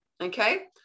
okay